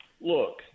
look